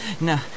No